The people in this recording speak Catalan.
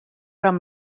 amb